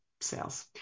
sales